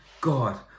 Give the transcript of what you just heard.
God